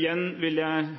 Igjen vil jeg